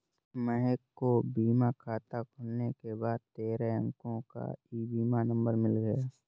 महक को बीमा खाता खुलने के बाद तेरह अंको का ई बीमा नंबर मिल गया